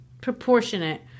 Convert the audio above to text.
proportionate